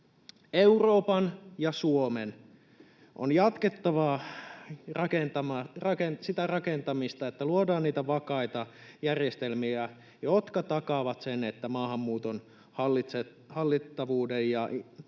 Euroopan ja Suomen on jatkettava sitä rakentamista, että luodaan niitä vakaita järjestelmiä, jotka takaavat sen, että maahanmuuton hallittavuus